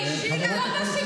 תתביישי לך.